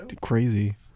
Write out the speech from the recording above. crazy